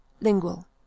lingual